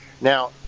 Now